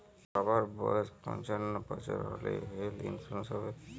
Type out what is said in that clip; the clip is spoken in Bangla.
বাবার বয়স পঞ্চান্ন বছর তাহলে হেল্থ ইন্সুরেন্স হবে?